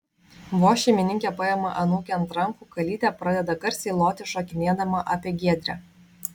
vos šeimininkė paima anūkę ant rankų kalytė pradeda garsiai loti šokinėdama apie giedrę